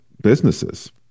businesses